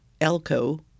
Elko